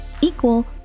equal